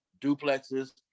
duplexes